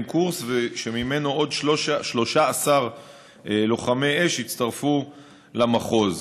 קורס שממנו עוד 13 לוחמי אש יצטרפו למחוז.